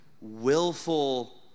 willful